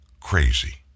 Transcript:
crazy